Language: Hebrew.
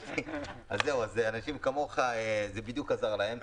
אז אנשים כמוך זה בדיוק עזר להם.